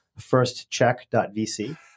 firstcheck.vc